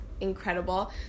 incredible